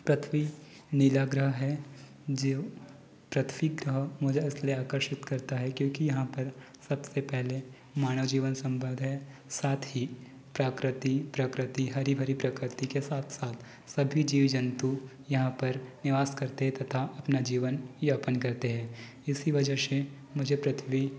पृथ्वी नीला ग्रह है जो पृथ्वी ग्रह मुझे इसलिए आकर्षित करता है क्योंकि यहाँ पर सबसे पहले मानव जीवन संभव है साथ ही प्राकृति प्रकृति हरी भरी प्रकृति के साथ साथ सभी जीव जन्तु यहाँ पर निवास करते तथा अपना जीवन यापन करते है इसी वजह से मुझे पृथ्वी